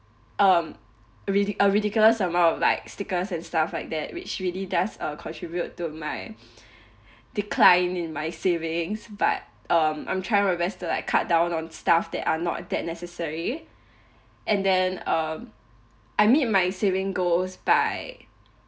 um a ridi~ ridiculous amount of like stickers and stuff like that which really does uh contribute to my decline in my savings but um I'm trying my best to like cut down on stuffs that are not that necessary and then um I meet my savings goals by